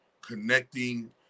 connecting